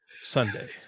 Sunday